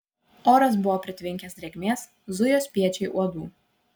oras buvo pritvinkęs drėgmės zujo spiečiai uodų